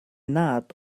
nad